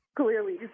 Clearly